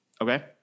okay